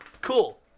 cool